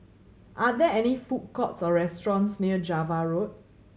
are there any food courts or restaurants near Java Road